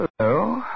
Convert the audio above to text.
Hello